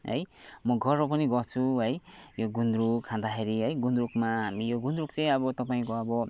है म गर्व पनि गर्छु है यो गुन्द्रुक खाँदाखेरि है गुन्द्रुकमा हामी यो गुन्द्रुक चाहिँ अब तपाईँको अब